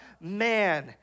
man